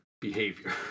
behavior